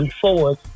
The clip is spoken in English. forward